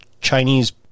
Chinese